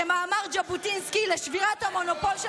כמאמר ז'בוטינסקי לשבירת המונופול של